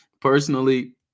personally